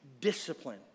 discipline